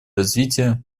развития